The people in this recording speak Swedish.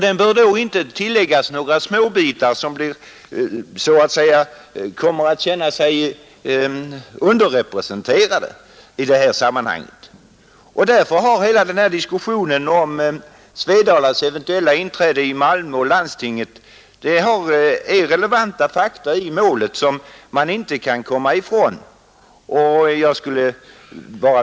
Den bör då inte utökas med några småbitar som kommer att känna sig underrepresenterade. Därför är diskussionen om Svedalas eventuella inträde i Malmö och Malmös i landstinget relevanta fakta i målet som man inte kan komma ifrån.